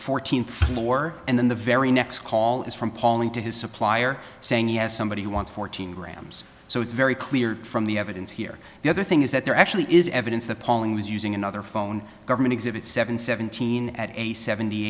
fourteenth floor and then the very next call is from polling to his supplier saying yes somebody wants fourteen grams so it's very clear from the evidence here the other thing is that there actually is evidence that polling was using another phone government exhibit seven seventeen and a seventy